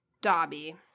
dobby